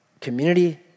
Community